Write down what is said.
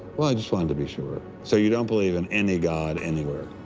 i just wanted to be sure. so you don't believe in any god anywhere.